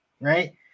right